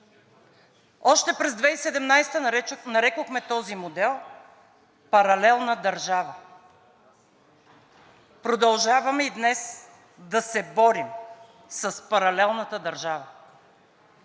Още през 2017 г. нарекохме този модел паралелна държава. Продължаваме и днес да се борим с паралелната държава.